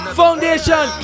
foundation